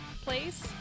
place